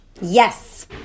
Yes